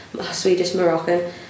Swedish-Moroccan